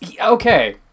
okay